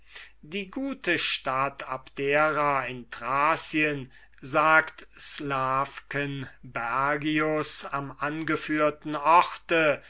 die gute stadt abdera in thracien sagt slawkenbergius am angeführten orte